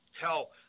hell